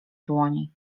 dłoni